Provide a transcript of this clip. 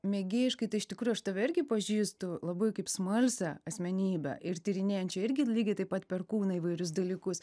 mėgėjiškai tai iš tikrųjų aš tave irgi pažįstu labai kaip smalsią asmenybę ir tyrinėjančią irgi lygiai taip pat perkūną įvairius dalykus